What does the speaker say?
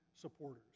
Supporters